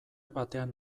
batean